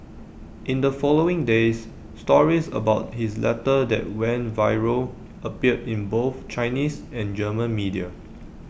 in the following days stories about his letter that went viral appeared in both Chinese and German media